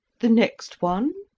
the next one?